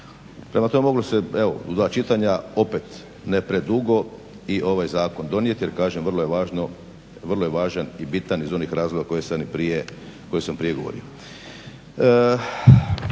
Prema tome, moglo se evo u dva čitanja opet ne predugo i ovaj zakon donijeti jer kažem vrlo je važan i bitan iz onih razloga koje sam prije govorio.